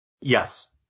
Yes